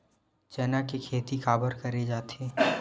चना के खेती काबर करे जाथे?